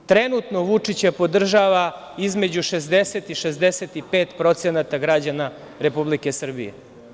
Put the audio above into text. Trenutno Vučića podržava između 60 i 65% građana Republike Srbije.